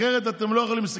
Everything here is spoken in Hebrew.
אחרת אתם לא יכולים.